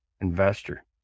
investor